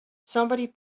somebody